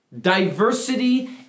Diversity